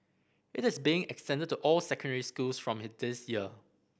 it is being extended to all secondary schools from this year